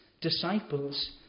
disciples